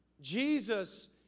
Jesus